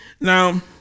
Now